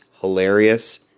hilarious